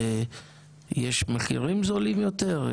יש מחירים זולים יותר?